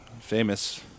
famous